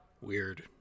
weird